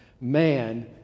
man